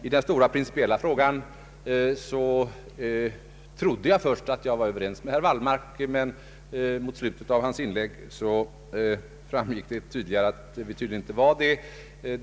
I den stora principiella frågan trodde jag först att jag var överens med herr Wallmark, men i slutet av hans inlägg framgick det att vi tydligen inte var överens.